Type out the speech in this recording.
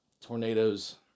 Tornadoes